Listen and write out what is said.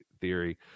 theory